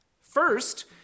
First